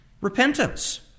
repentance